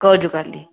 kaju katli